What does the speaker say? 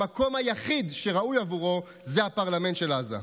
המקום היחיד שראוי עבורו זה הפרלמנט של עזה.